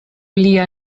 lia